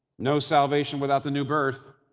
no salvation without the new birth.